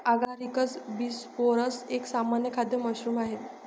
Agaricus बिस्पोरस एक सामान्य खाद्य मशरूम आहे